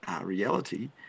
reality